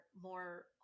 more